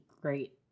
great